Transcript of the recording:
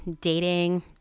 dating